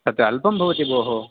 तत् अल्पं भवति भोः